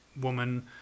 woman